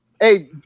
Hey